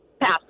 Pass